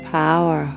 power